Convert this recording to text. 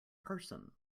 person